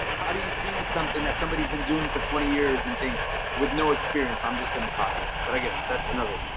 how do you see something that somebody has been doing for twenty years and thing with no experience? i'm just going to copy it, but again that's another.